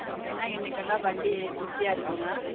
அப்படின்னா இன்னிக்கெல்லாம் வண்டி பிஸியாக இருக்கும்ங்க